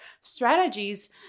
strategies